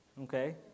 okay